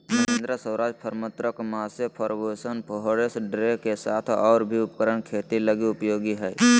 Mahindra, Swaraj, Farmtrac, Massey Ferguson John Deere के साथ और भी उपकरण खेती लगी उपयोगी हइ